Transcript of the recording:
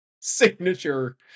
Signature